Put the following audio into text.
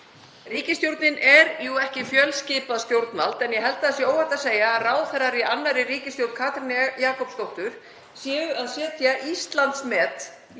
Ríkisstjórnin er jú ekki fjölskipað stjórnvald en ég held að það sé óhætt að segja að ráðherrar í 2. ríkisstjórn Katrínar Jakobsdóttur séu að setja Íslandsmet